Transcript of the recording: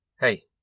Hey